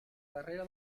darrere